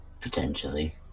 Potentially